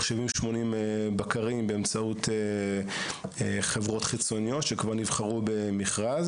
80-70 בקרים באמצעות חברות חיצוניות שכבר נבחרו במכרז